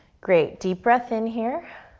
great. deep breath in here.